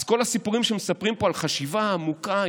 אז כל הסיפורים שמספרים פה על חשיבה עמוקה,